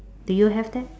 do you have that